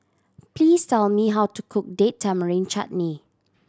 please tell me how to cook Date Tamarind Chutney